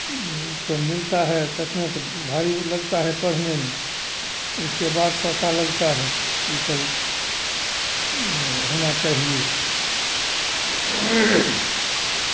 वो सब मिलता है तखने तो भारी लगता है पढ़ने में उसके बाद पता लगता है ये सब होना चाहिए कि